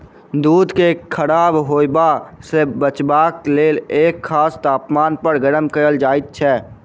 दूध के खराब होयबा सॅ बचयबाक लेल एक खास तापमान पर गर्म कयल जाइत छै